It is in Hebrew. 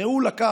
הרי הוא לקח